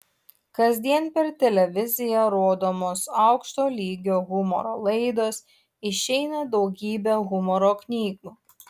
kasdien per televiziją rodomos aukšto lygio humoro laidos išeina daugybė humoro knygų